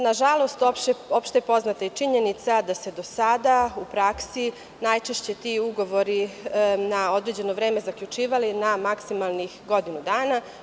Nažalost, opšte poznata je činjenica da su se do sada u praksi najčešće ti ugovori na određeno vreme zaključivali na maksimalnih godinu dana.